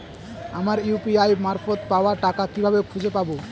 আমার ইউ.পি.আই মারফত পাওয়া টাকা কিভাবে খুঁজে পাব?